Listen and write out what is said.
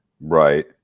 Right